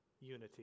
unity